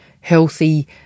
healthy